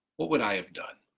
what would i have done